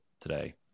today